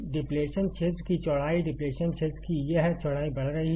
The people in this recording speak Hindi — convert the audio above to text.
डिप्लेशन क्षेत्र की चौड़ाई डिप्लेशन क्षेत्र की यह चौड़ाई बढ़ रही है